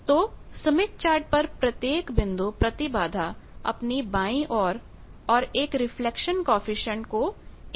तो Smith chart पर प्रत्येक बिंदु प्रतिबाधा अपनी बाईं ओर और एक रिफ्लेक्शन कॉएफिशिएंट को एक साथ दिखाता है